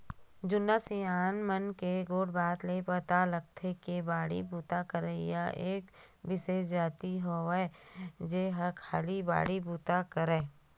जुन्ना सियान मन के गोठ बात ले पता लगथे के बाड़ी बूता करइया एक बिसेस जाति होवय जेहा खाली बाड़ी बुता करय